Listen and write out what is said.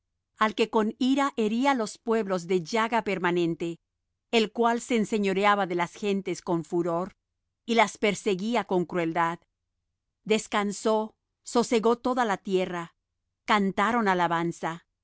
al que con ira hería los pueblos de llaga permanente el cual se enseñoreaba de las gentes con furor y las perseguía con crueldad descansó sosegó toda la tierra cantaron alabanza